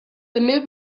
també